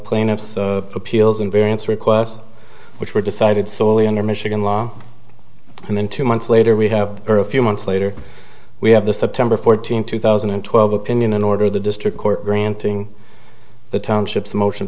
plaintiff's appeals and variance requests which were decided solely under michigan law and then two months later we have a few months later we have the september fourteenth two thousand and twelve opinion an order of the district court granting the township's motion